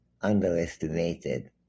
underestimated